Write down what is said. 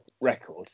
record